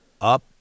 up